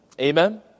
Amen